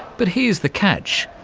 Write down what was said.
but here's the catch.